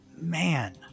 man